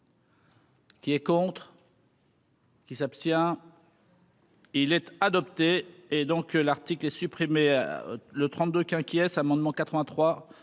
Qui est contre. Qui s'abstient. Il est adopté, et donc l'article est supprimé le 32 qu'inquiet, amendement 83